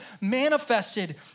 manifested